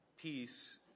peace